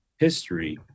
history